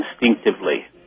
instinctively